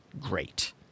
great